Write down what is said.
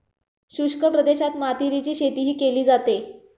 शुष्क प्रदेशात मातीरीची शेतीही केली जाते